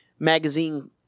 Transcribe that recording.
Magazine